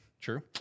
true